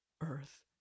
Earth